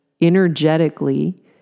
energetically